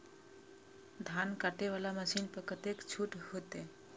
धान कटे वाला मशीन पर कतेक छूट होते?